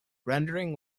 rendering